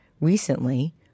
Recently